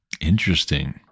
interesting